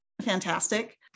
fantastic